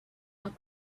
and